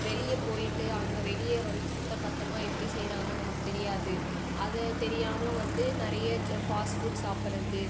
வெளியே போய்ட்டு அங்கே வெளியே வந்து சுத்தபத்தமாக எப்படி செய்கிறாங்க நமக்கு தெரியாது அது தெரியாமல் வந்து ஜங்க் நிறைய ஃபாஸ்ட் ஃபுட் சாப்பிட்றது